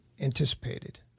anticipated